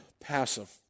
passive